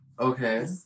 Okay